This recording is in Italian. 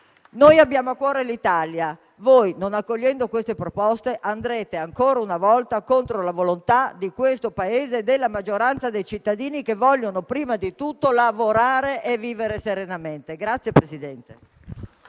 Noi abbiamo a cuore l'Italia. Non accogliendo queste proposte, voi andrete ancora una volta contro la volontà di questo Paese e della maggioranza dei cittadini che vogliono, prima di tutto, lavorare e vivere serenamente.